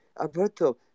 Alberto